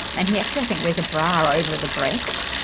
and he actually i think wears a bra over the breasts.